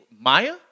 Maya